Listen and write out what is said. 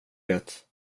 det